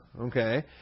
Okay